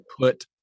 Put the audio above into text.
put